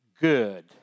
good